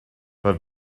but